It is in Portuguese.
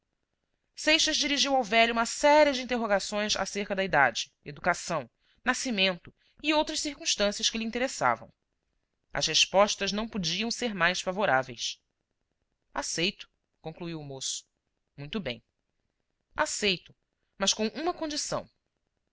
seixas dirigiu ao velho uma série de interrogações acerca da idade educação nascimento e outras circunstâncias que lhe interessavam as respostas não podiam ser mais favoráveis aceito concluiu o moço muito bem aceito mas com uma condição